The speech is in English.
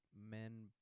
men